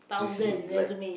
you see like